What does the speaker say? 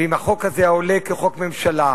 ואם החוק הזה היה עולה כחוק ממשלה,